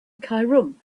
cairum